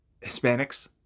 Hispanics